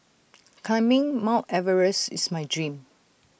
climbing mount Everest is my dream